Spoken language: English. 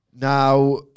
Now